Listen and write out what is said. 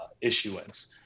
issuance